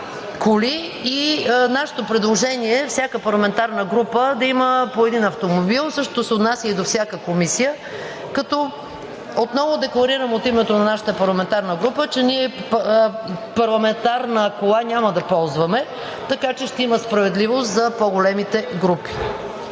коли и нашето предложение е всяка парламентарна група да има по един автомобил, същото се отнася и до всяка комисия. Отново декларирам от името на нашата парламентарна група, че ние парламентарна кола няма да ползваме, така че ще има справедливост за по-големите групи.